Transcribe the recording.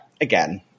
again